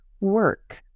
work